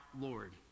Lord